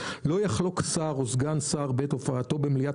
(א) לא יחלוק שר או סגן שר בעת הופעתו במליאת